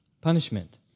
punishment